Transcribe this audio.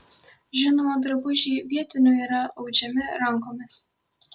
žinoma drabužiai vietinių yra audžiami rankomis